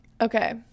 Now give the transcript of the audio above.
Okay